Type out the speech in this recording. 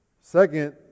Second